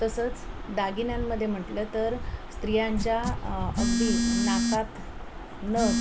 तसंच दागिन्यांमध्ये म्हटलं तर स्त्रियांच्या अगदी नाकात नथ